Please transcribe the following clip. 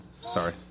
Sorry